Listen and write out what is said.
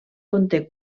conté